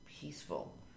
peaceful